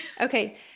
Okay